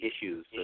issues